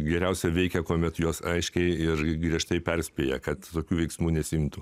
geriausiai veikia kuomet jos aiškiai ir griežtai perspėja kad tokių veiksmų nesiimtų